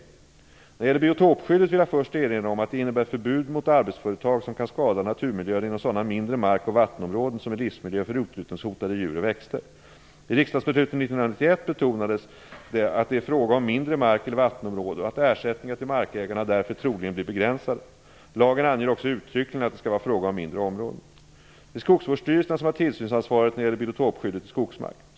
När det gäller biotopskyddet vill jag först erinra om att det innebär förbud mot arbetsföretag som kan skada naturmiljön inom sådana mindre mark och vattenområden som är livsmiljö för utrotningshotade djur och växter. I riksdagsbeslutet 1991 betonades det att det är fråga om mindre mark eller vattenområden och att ersättningar till markägarna därför troligen blir begränsade. Lagen anger också uttryckligen att det skall vara fråga om mindre områden. Det är skogsvårdsstyrelserna som har tillsynsansvaret när det gäller biotopskyddet i skogsmark.